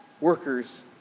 workers